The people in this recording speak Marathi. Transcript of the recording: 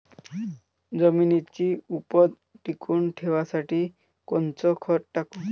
जमिनीची उपज टिकून ठेवासाठी कोनचं खत टाकू?